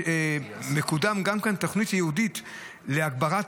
ומקודמת כאן גם תוכנית ייעודית להגברת